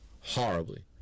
Horribly